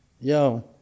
yo